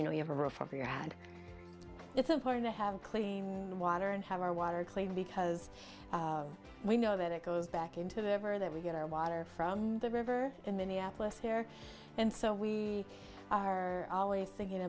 you know you have a roof over your house and it's important to have clean water and have our water clean because we know that it goes back into the ever that we get our water from the river in minneapolis here and so we are always thinking